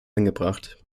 angebracht